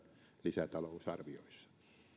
lisätalousarvioissa